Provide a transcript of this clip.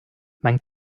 man